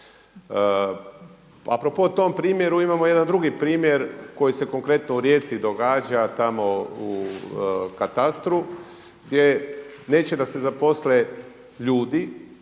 A pro po tom primjeru imamo jedna drugi primjer koji se konkretno u Rijeci događa, tamo u katastru gdje neće da se zaposle ljudi